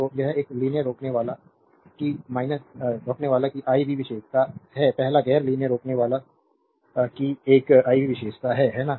तो यह एक लीनियर रोकनेवाला की iv विशेषता है पहला गैर लीनियर रोकनेवाला की एक iv विशेषता है है ना